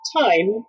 time